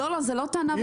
לא, זה לא טענה והיפוכה.